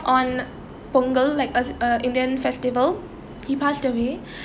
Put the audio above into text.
on punggol like a a indian festival he passed away